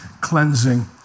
cleansing